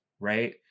Right